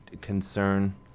concern